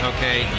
Okay